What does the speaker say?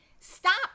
stop